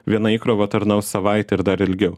viena įkrova tarnaus savaitę ir dar ilgiau